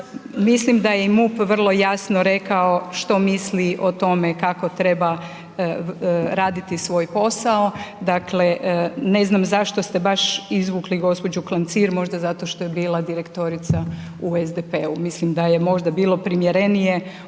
mislim da je i MUP vrlo jasno rekao što misli o tome kako treba raditi svoj posao. Dakle ne znam zašto ste baš izvukli gospođu Klancir, možda zato što je bila direktorica u SDP-u, mislim da je možda bilo primjerenije u